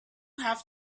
have